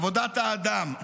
עבודת האדם.